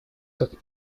как